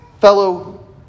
Fellow